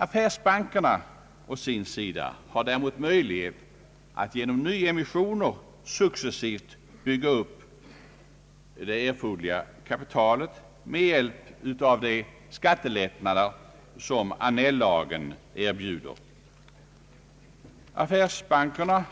Affärsbankerna har däremot möjligheter att genom nyemissioner successivt bygga upp det erforderliga kapitalet med hjälp av de skattelättnader som Annell-lagen erbjuder. Affärsbankerna